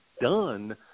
done